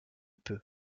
peu